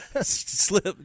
slip